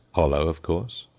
hollow, of course,